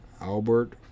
Albert